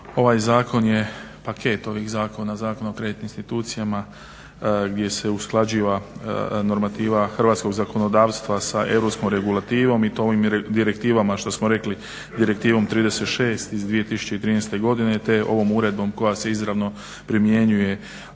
Ovaj zakon je paket ovih zakona, Zakon o kreditnim institucijama, gdje se usklađuje normativa hrvatskog zakonodavstva sa europskom regulativom i to ovim direktivama što smo rekli, Direktivom 36 iz 2013.godine te ovom uredbom koja se izravno primjenjuje